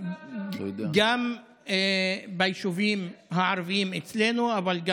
איך אומרים קוזק בערבית?